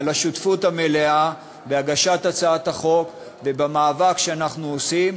על השותפות המלאה בהגשת הצעת החוק ובמאבק שאנחנו עושים,